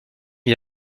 n’y